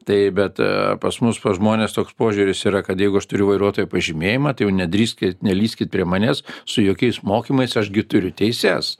tai bet pas mus pas žmones toks požiūris yra kad jeigu aš turiu vairuotojo pažymėjimą tai jau nedrįskit nelįskit prie manęs su jokiais mokymais aš gi turiu teises